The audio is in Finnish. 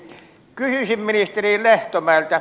kysyisin ministeri lehtomäeltä